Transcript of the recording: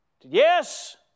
yes